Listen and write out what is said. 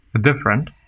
different